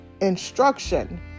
instruction